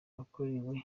abakorewe